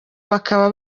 bakaba